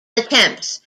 attempts